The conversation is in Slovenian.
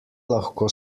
lahko